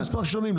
שנים.